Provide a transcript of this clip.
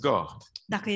God